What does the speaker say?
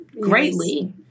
greatly